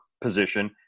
position